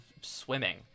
swimming